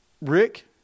Rick